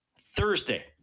Thursday